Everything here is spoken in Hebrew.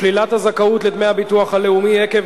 שלילת הזכאות לדמי הביטוח הלאומי עקב